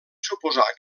suposar